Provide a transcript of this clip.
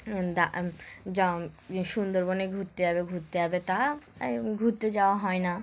যাও সুন্দরবনে ঘুরতে যাবে ঘুরতে যাবে তা ঘুরতে যাওয়া হয় না